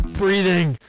breathing